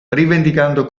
rivendicando